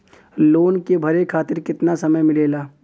Loan के भरे खातिर कितना समय मिलेला?